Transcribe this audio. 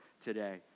today